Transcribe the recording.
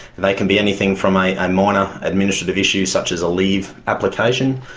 they can be anything from a and minor administrative issue such as a leave application,